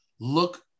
look